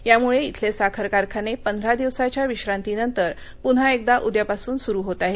यामुळे इथले साखर कारखाने पंधरा दिवसाच्या विश्रांतीनंतर पुन्हा एकदा उद्यापासून सुरू होत आहेत